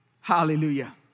Hallelujah